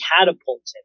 catapulted